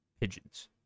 pigeons